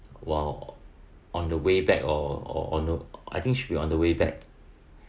while on the way back or or on the I think should be on the way back